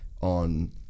on